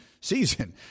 season